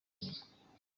nyuma